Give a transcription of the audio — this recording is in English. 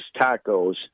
Tacos